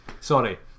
sorry